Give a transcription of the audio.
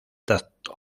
tacto